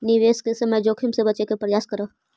निवेश के समय जोखिम से बचे के प्रयास करऽ